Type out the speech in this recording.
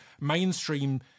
mainstream